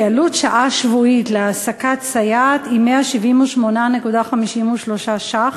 עלות שעה שבועית להעסקת סייעת היא 178.53 ש"ח,